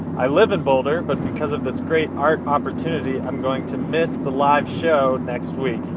i live in boulder, but because of this great art opportunity, and i'm going to miss the live show next week.